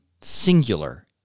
singular